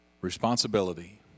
responsibility